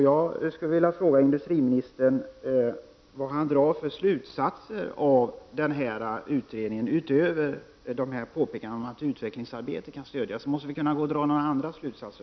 Jag skulle vilja fråga industriministern vilka slutsatser han drar av denna utredning, utöver påpekandena om att utvecklingsarbete kan stödjas. Det måste gå att dra även andra slutsatser.